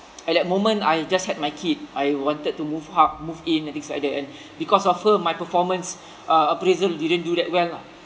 at that moment I just had my kid I wanted to move hou~ move in and things like that and because of her my performance uh appraisal didn't do that well lah